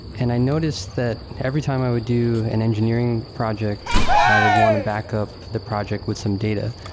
and i noticed that every time i would do an engineering project, i would want to back up the project with some data.